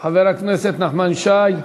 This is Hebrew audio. חבר הכנסת נחמן שי.